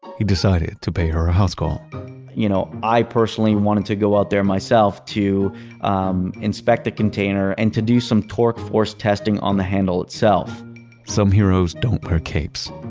he decided to pay her a house-call you know, i personally wanted to go out there myself to um inspect the container and to do some torque force testing on the handle itself some heroes don't wear capes,